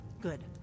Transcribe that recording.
good